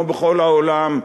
כמו בכל העולם,